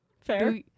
Fair